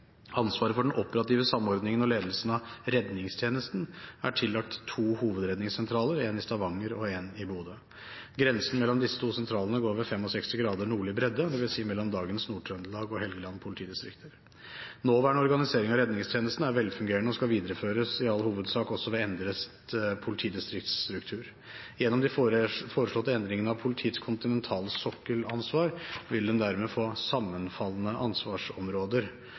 Ansvaret for den operative samordningen og ledelsen av redningstjenesten er tillagt to hovedredningssentraler – en i Stavanger og en i Bodø. Grensen mellom disse to sentralene går ved 65 grader nordlig bredde, dvs. mellom dagens Nord-Trøndelag og Helgeland politidistrikt. Nåværende organisering av redningstjenesten er velfungerende og skal videreføres, i all hovedsak også ved endret politidistriktsstruktur. Gjennom de foreslåtte endringene av politiets kontinentalsokkelansvar vil en dermed få sammenfallende ansvarsområder.